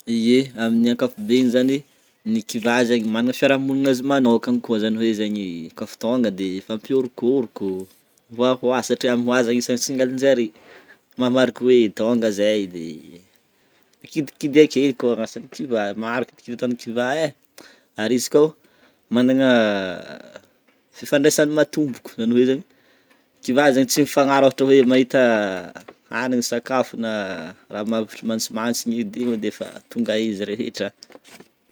Ye aminy ankapobeny zany ny kivà zany managna ny fiarahamonina azy manokagna ko zany hoe zany ko fa tonga zany de mifampiorokoroko mihohoa satria mihoa zany signal zare mahamariky hoe tonga ze de mikidikidy akeo ny kivà maro kidikidy aton'ny kivà e, izy ko managna fifandresagna matomboko zany hoe zany kivà zany tsy mifagnary ra ôhatra hoe mahita hanigny, isakafo na ra mantsimantsigny edy tonga izy rehetra.